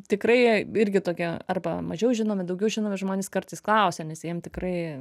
tikrai irgi toki arba mažiau žinomi daugiau žinomi žmonės kartais klausia nes jiem tikrai